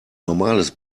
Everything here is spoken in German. normales